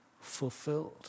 fulfilled